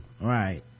right